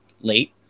late